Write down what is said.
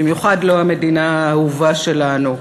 במיוחד לא המדינה האהובה שלנו,